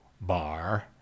bar